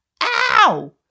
Ow